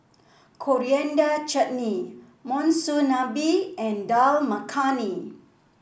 Coriander Chutney Monsunabe and Dal Makhani